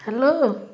hello